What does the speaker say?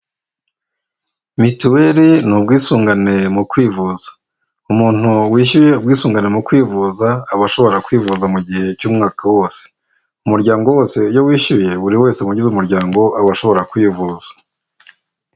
Mituweli ni ubwisungane mu kwivuza, umuntu wishyuye ubwisungane mu kwivuza aba ashobora kwivuza mu gihe cy'umwaka wose, umuryango wose iyo wishyuye buri wese mu bagize umuryango aba ashobora kwivuza.